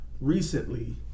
recently